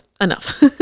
enough